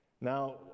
Now